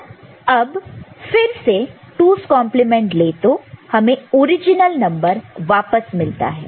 अब फिर से 2's कंप्लीमेंट 2's complement ले तो हमें ओरिजिनल नंबर वापस मिलता है